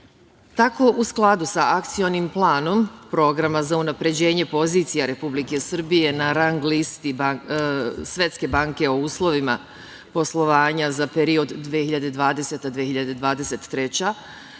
Tako, u skladu sa akcionim planom programa za unapređenje pozicija Republike Srbije na rang listi Svetske banke o uslovima poslovanja za period 2020-2023,